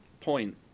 point